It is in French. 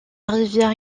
rivière